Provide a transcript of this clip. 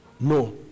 No